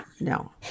no